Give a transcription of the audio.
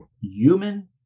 human